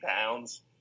pounds